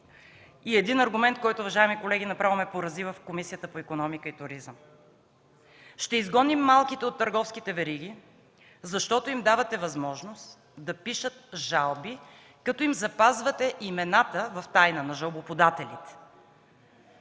И един аргумент, уважаеми колеги, който направо ме порази в Комисията по икономическата политика и туризъм: ще изгоним малките от търговските вериги, защото им давате възможност да пишат жалби, като запазвате имената на жалбоподателите